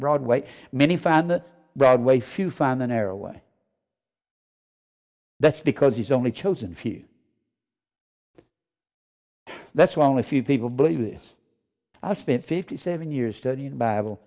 broadway many found the broadway few find the narrow way that's because he's only chosen few that's why only a few people believe this i spent fifty seven years studying the bible